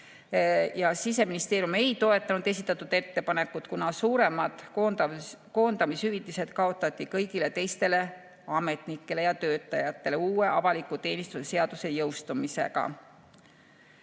Siseministeerium ei toetanud esitatud ettepanekut, kuna suuremad koondamishüvitised kaotati kõigile teistele ametnikele ja töötajatele uue avaliku teenistuse seaduse jõustumisega.